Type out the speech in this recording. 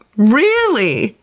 really?